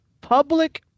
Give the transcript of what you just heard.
public